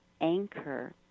anchor